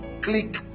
Click